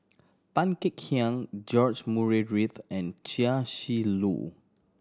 Tan Kek Hiang George Murray Reith and Chia Shi Lu